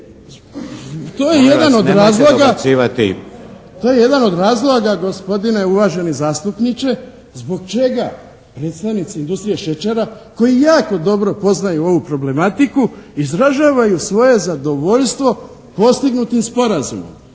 To je jedan od razloga, gospodine uvaženi zastupniče, zbog čega predstavnici industrije šećera koji jako dobro poznaju ovu problematiku izražavaju svoje zadovoljstvo postignutim sporazumom.